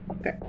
okay